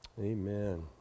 Amen